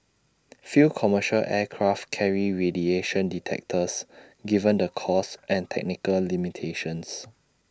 few commercial aircraft carry radiation detectors given the costs and technical limitations